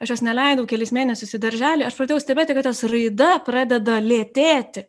aš jos neleidau kelis mėnesius į darželį aš pradėjau stebėti kad jos raida pradeda lėtėti